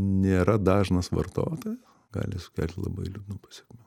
nėra dažnas vartotoja gali sukelti labai liūdnų pasekmių